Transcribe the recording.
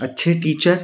अच्छे टीचर